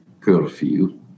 curfew